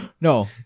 No